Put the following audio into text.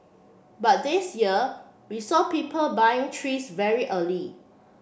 but this year we saw people buying trees very early